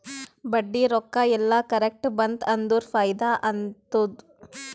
ಬಡ್ಡಿ ರೊಕ್ಕಾ ಎಲ್ಲಾ ಕರೆಕ್ಟ್ ಬಂತ್ ಅಂದುರ್ ಫೈದಾ ಆತ್ತುದ್